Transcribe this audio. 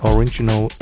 Original